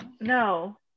No